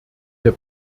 der